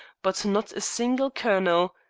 but not a single colonel.